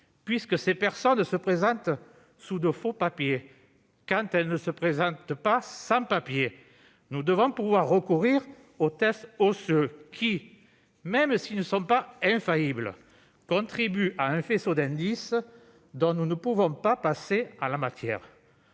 puisque ces personnes se présentent sous de faux papiers- quand elles ne se présentent pas sans papier -, nous devons pouvoir recourir aux tests osseux qui, bien qu'ils ne soient pas infaillibles, contribuent à établir un faisceau d'indices dont nous ne pouvons pas nous passer en la matière.